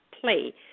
play